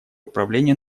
управления